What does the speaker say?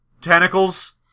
tentacles